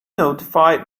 notified